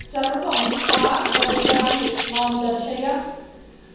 सर्वाणि कार् द्रव्याणि मां दर्शय